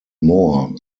more